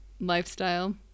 lifestyle